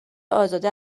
ازاده